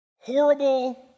horrible